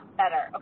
better